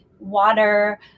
water